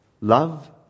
Love